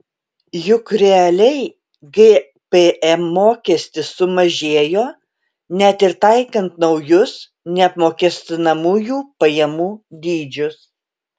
juk realiai gpm mokestis sumažėjo net ir taikant naujus neapmokestinamųjų pajamų dydžius